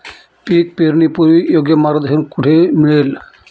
पीक पेरणीपूर्व योग्य मार्गदर्शन कुठे मिळेल?